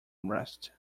rest